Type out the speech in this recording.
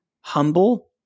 humble